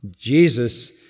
Jesus